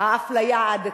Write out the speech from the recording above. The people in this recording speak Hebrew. האפליה העדתית.